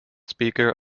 speaker